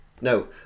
no